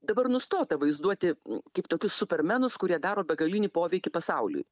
dabar nustota vaizduoti kaip tokius supermenus kurie daro begalinį poveikį pasauliui